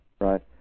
Right